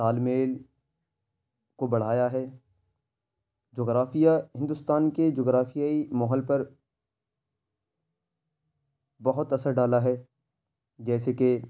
تال میل کو بڑھایا ہے جغرافیہ ہندوستان کے جغرافیائی ماحول پر بہت اثر ڈالا ہے جیسے کہ